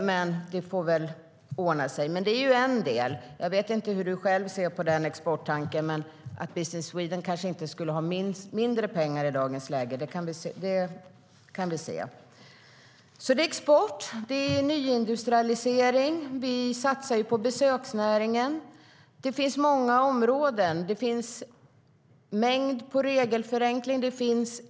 Men det får väl ordna sig. Jag vet inte hur du själv ser på den exporttanken, Said Abdu, men Business Sweden skulle kanske inte ha mindre pengar i dagens läge. Vi satsar på export, på nyindustrialisering och på besöksnäringen. Det införs en mängd regelförenklingar.